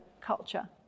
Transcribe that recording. culture